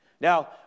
Now